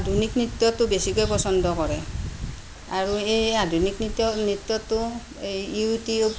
আধুনিক নৃত্যটো বেছিকৈ পছন্দ কৰে আৰু এই আধুনিক নৃত্য় নৃত্যটো এই ইউটিউব